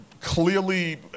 clearly